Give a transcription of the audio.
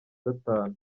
gatanu